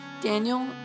Daniel